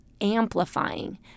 amplifying